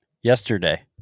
yesterday